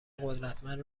قدرتمند